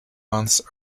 months